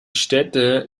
städte